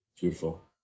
Beautiful